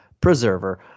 preserver